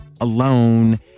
alone